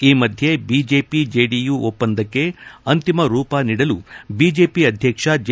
ಈ ಮಧ್ಯೆ BJP JDU ಒಪ್ಪಂದಕ್ಕೆ ಅಂತಿಮ ರೂಪ ನೀಡಲು ಬಿಜೆಪಿ ಅಧ್ಯಕ್ಷ ಜೆ